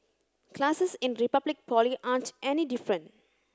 classes in Republic Poly aren't any different